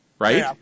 right